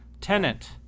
Tenant